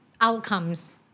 outcomes